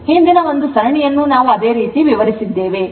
ಹಿಂದಿನ ಒಂದು ಸರಣಿಯನ್ನು ನಾವು ಅದೇ ರೀತಿ ವಿವರಿಸಿದ್ದೇವೆ